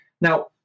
Now